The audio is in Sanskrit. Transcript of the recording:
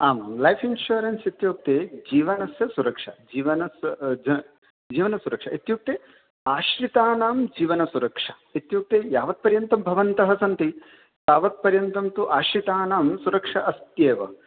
आम् लैफ़् इन्शोरेन्स इत्युक्ते जीवनस्य सुरक्षा जीवनस्य ज जीवनसुरक्षा इत्युक्ते आश्रितानां जीवनसुरक्षा इत्युक्ते यावत्पर्यन्तं भवन्तः सन्ति तावत्पर्यन्तं तु आश्रितानां सुरक्षा अस्ति एव